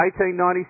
1897